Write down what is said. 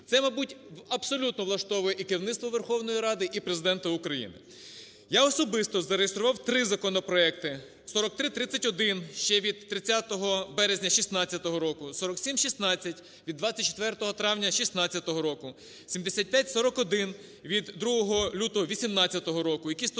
Це, мабуть, абсолютно влаштовує і керівництво Верховної Ради, і Президента України. Я особисто зареєстрував три законопроекти: 4331 ще від 30 березня 2016 року: 4716 від 24 травня 2016 року: 7541 від 2 лютого 2018 року – які стосуються